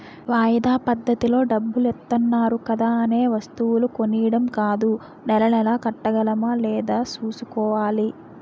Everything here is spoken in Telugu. వాయిదా పద్దతిలో డబ్బులిత్తన్నారు కదా అనే వస్తువులు కొనీడం కాదూ నెలా నెలా కట్టగలమా లేదా సూసుకోవాలి